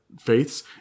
faiths